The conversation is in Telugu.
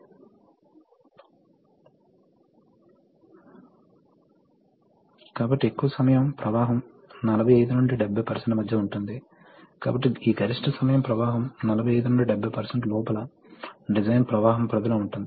న్యూమాటిక్ సిస్టమ్ ప్రతిస్పందిస్తుంది ప్రబావితమవుతుంది అవుతుంది ఎందుకంటే మీరు సిలిండర్ ను తరలించాలని అనుకుందాం అప్పుడు మీరు దానిపై ప్రెషర్ ని సృష్టించాలి ఇప్పుడు ప్రెషర్ ని సృష్టించడం వాస్తవానికి కొంత సమయం పడుతుంది ఎందుకంటే గాలి సిలిండర్ గదిలోకి ప్రవహించవలసి ఉంటుంది మరియు తరువాత తగినంతగా కుదించబడుతుంది